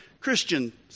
Christian